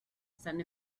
sun